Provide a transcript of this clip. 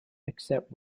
except